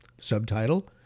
subtitle